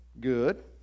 Good